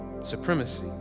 supremacy